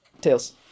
Tails